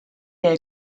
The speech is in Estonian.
jäi